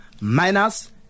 minus